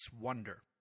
wonder